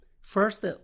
first